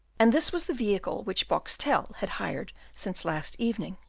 and this was the vehicle which boxtel had hired since last evening,